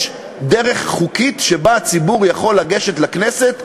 יש דרך חוקית שבה הציבור יכול לגשת לכנסת,